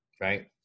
right